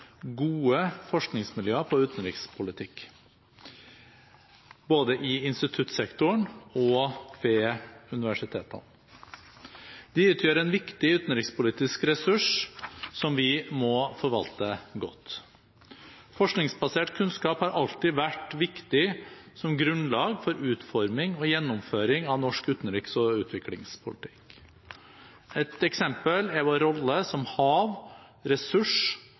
gode forskningsmiljøer på utenrikspolitikk, både i instituttsektoren og ved universitetene. De utgjør en viktig utenrikspolitisk ressurs, som vi må forvalte godt. Forskningsbasert kunnskap har alltid vært viktig som grunnlag for utforming og gjennomføring av norsk utenriks- og utviklingspolitikk. Et eksempel er vår rolle som hav-, ressurs-